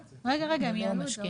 התגלו פרטים חדשים לגבי פעילות העמותה,